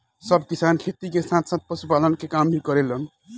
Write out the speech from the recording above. सब किसान खेती के साथ साथ पशुपालन के काम भी करेलन